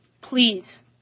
please